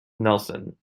nelson